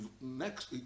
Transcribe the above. next